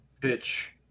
pitch